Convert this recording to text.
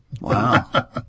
Wow